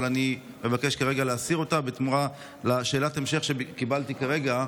אבל אני מבקש כרגע להסיר אותה בתמורה לשאלת ההמשך שקיבלתי כרגע.